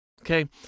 Okay